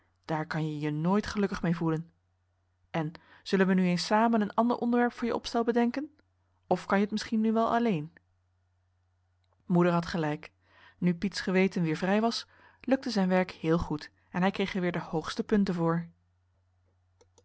daar kan je je nooit gelukkig mee voelen en zullen we nu eens samen een ander onderwerp voor je opstel bedenken of kan je het misschien nu wel alleen moeder had gelijk nu piet's geweten weer vrij was lukte zijn werk heel goed en hij kreeg er weer de hoogste punten voor